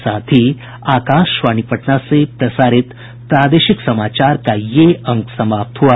इसके साथ ही आकाशवाणी पटना से प्रसारित प्रादेशिक समाचार का ये अंक समाप्त हुआ